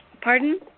pardon